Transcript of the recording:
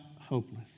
hopeless